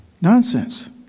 Nonsense